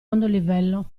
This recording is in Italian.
livello